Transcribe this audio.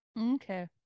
Okay